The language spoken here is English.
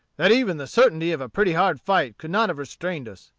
that even the certainty of a pretty hard fight could not have restrained us.